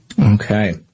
Okay